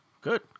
Good